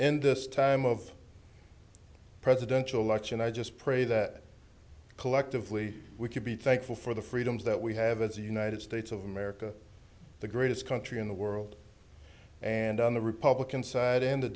in this time of presidential election i just pray that collectively we can be thankful for the freedoms that we have as a united states of america the greatest country in the world and on the republican side in the